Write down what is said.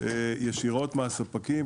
לרכוש ישירות מהספקים.